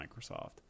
Microsoft